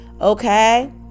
Okay